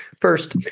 first